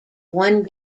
one